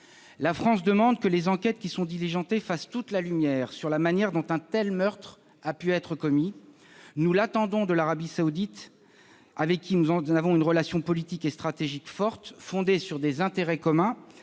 La France demande que les enquêtes qui sont diligentées fassent toute la lumière sur la manière dont un tel meurtre a pu être commis. Nous l'attendons de l'Arabie saoudite. Nous avons avec ce pays une relation politique et stratégique forte, fondée sur des intérêts communs,